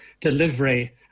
delivery